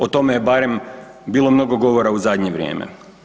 O tome je barem bilo mnogo govora u zadnje vrijeme.